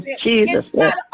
Jesus